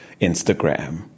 Instagram